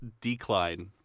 decline